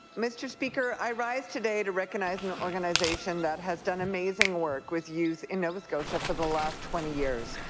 mr. speaker, i rise today to recognize and an organization that has done amazing work with youth in nova scotia for the last twenty years.